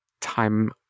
time